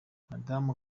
madamu